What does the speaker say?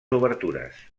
obertures